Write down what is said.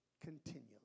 continually